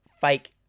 fake